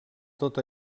tot